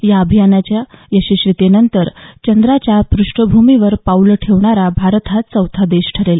या अभियानाच्या यशस्वीतेनंतर चंद्राच्या प्रष्ठभूमीवर पाऊल ठेवणारा भारत हा चौथा देश ठरेल